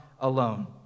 alone